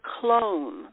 clone